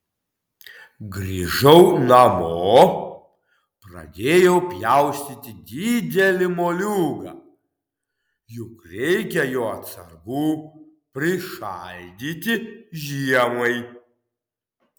grįžau namo pradėjau pjaustyti didelį moliūgą juk reikia jo atsargų prišaldyti žiemai